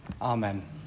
Amen